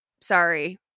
sorry